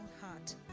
heart